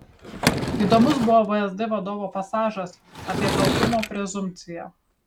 įdomus buvo vsd vadovo pasažas apie kaltumo prezumpciją